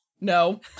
no